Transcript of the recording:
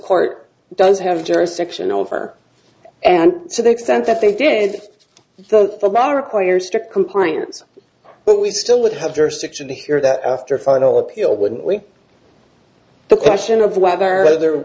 court does have jurisdiction over and so the extent that they did with the require strict compliance but we still would have jurisdiction to hear that after final appeal wouldn't the question of whether